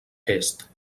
est